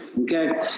Okay